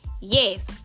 Yes